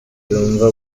yumva